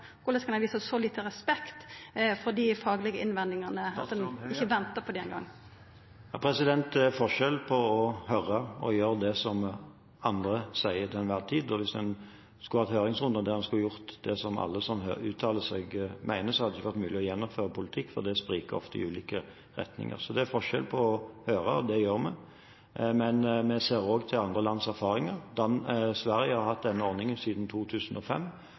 kan ein visa så lite respekt for dei faglege innvendingane at ein ikkje ventar på dei eingong? Det er forskjell på å høre og gjøre det som andre sier til enhver tid. Hvis en skulle hatt høringsrunder der en skulle gjort det som alle som uttaler seg, mener, hadde det ikke vært mulig å gjennomføre politikk, for det spriker ofte i ulike retninger. Så det er forskjell – og høre, det gjør vi. Men vi ser også til andre lands erfaringer. Sverige har hatt denne ordningen siden 2005,